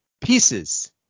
Pieces